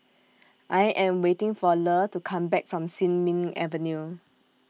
I Am waiting For Le to Come Back from Sin Ming Avenue